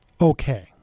okay